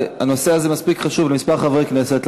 הנושא הזה מספיק חשוב לכמה חברי כנסת,